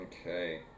Okay